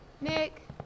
Nick